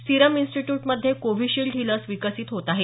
serum इन्स्टिट्यूटमध्ये Covishield ही लस विकसित होत आहे